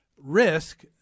risk